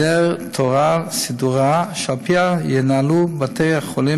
והיעדר תורה סדורה שעל פיה ינהלו בתי-החולים